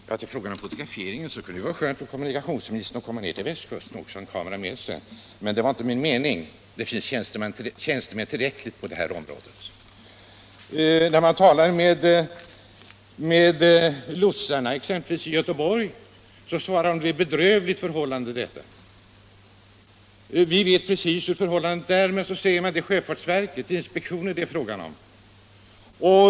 Herr talman! Det kunde naturligtvis vara skönt för kommunikationsministern att komma ner till västkusten och ha en kamera med sig, men det var inte min mening! Det finns tjänstemän tillräckligt på det här området. När man talar med lotsarna i Göteborg exempelvis säger de: Det är ett bedrövligt förhållande detta — vi vet precis hur det går till, men det är sjöfartsverket som har att bevaka sådan här verksamhet!